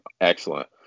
excellent